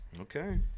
Okay